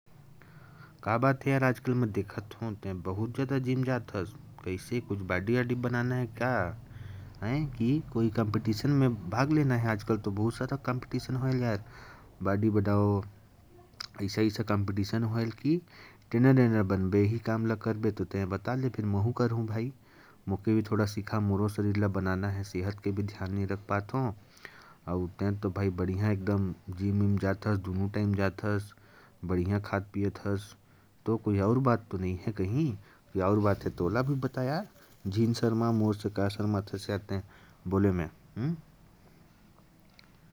कैसे यार, आजकल मैं देख रहा हूँ कि तुम बहुत ज्यादा जिम जा रहे हो। कुछ करना है या किसी प्रतियोगिता में भाग लेना है? क्या तुम ट्रेनर बनना चाहते हो? बताओ यार, मुझे भी बताओ, क्योंकि मैं शरीर का ध्यान नहीं रख पाता हूँ।